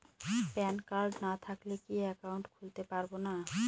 Pan card না থাকলে কি একাউন্ট খুলতে পারবো না?